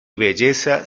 belleza